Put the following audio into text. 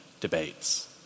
debates